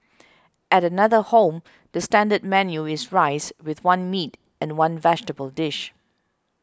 at another home the standard menu is rice with one meat and one vegetable dish